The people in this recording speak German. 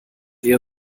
eher